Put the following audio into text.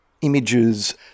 images